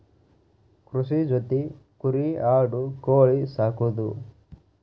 ಕೃಷಿ ಜೊತಿ ಕುರಿ ಆಡು ಕೋಳಿ ಸಾಕುದು